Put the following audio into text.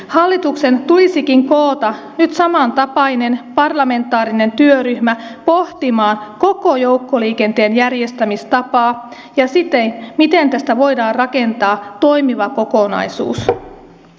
hallituksen tulisikin koota nyt samantapainen parlamentaarinen työryhmä pohtimaan koko joukkoliikenteen järjestämistapaa ja sitä miten tästä voidaan rakentaa toimiva kokonaisuus